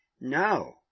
No